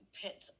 pit